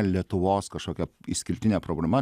lietuvos kažkokia išskirtinė problema